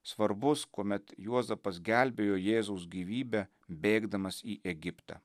svarbus kuomet juozapas gelbėjo jėzaus gyvybę bėgdamas į egiptą